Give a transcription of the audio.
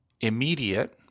immediate